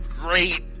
great